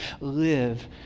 live